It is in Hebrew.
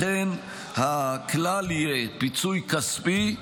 לכן הכלל יהיה פיצוי כספי,